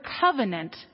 covenant